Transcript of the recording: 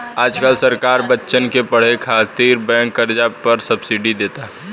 आज काल्ह सरकार बच्चन के पढ़े खातिर बैंक कर्जा पर सब्सिडी देता